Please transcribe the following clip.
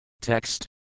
Text